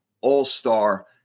All-Star